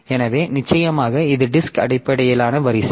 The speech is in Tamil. எனவே நிச்சயமாக இது டிஸ்க் அடிப்படையிலான வரிசை